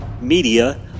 media